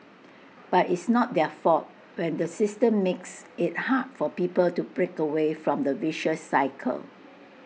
but it's not their fault when the system makes IT hard for people to break away from the vicious cycle